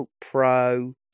Pro